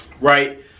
right